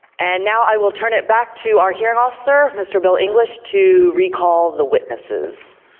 and now i will turn it back to our hearing officer, mr. bill english, to recall the witnesses.